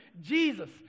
Jesus